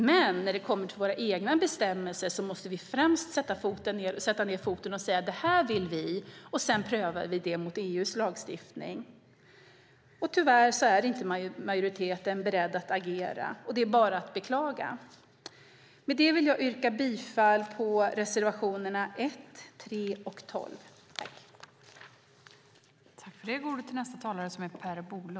Men när det kommer till våra egna bestämmelser måste vi främst sätta ned foten och säga vad vi vill och sedan pröva det mot EU:s lagstiftning. Tyvärr är majoriteten inte beredd att agera, och det är bara att beklaga. Jag yrkar bifall till reservationerna 1, 3 och 12.